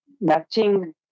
matching